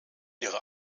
ihre